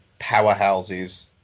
powerhouses